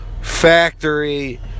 factory